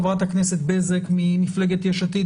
חברת הכנסת בזק ממפלגת יש עתיד,